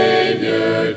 Savior